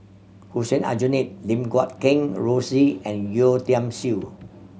Hussein Aljunied Lim Guat Kheng Rosie and Yeo Tiam Siew